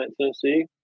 Tennessee